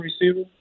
receiver